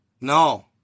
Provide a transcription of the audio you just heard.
no